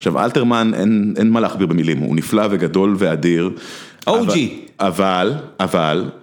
עכשיו אלתרמן, אין מה להכביר במילים, הוא נפלא וגדול ואדיר, אבל, אבל, אבל...